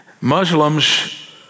Muslims